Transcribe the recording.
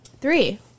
Three